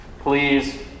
please